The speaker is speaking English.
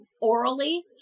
orally